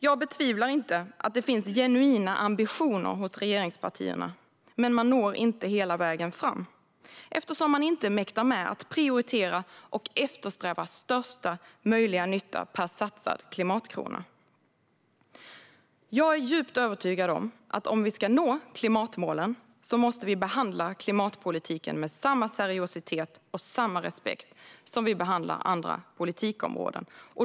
Jag betvivlar inte att det finns genuina ambitioner hos regeringspartierna, men man når inte hela vägen fram eftersom man inte mäktar med att prioritera och eftersträva största möjliga nytta per satsad klimatkrona. Jag är djupt övertygad om att vi om vi ska klara klimatmålen måste behandla klimatpolitiken med samma seriositet och samma respekt som vi behandlar andra politikområden.